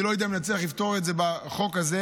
אני לא יודע אם נצליח לפתור את זה בחוק הזה.